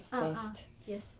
ah ah yes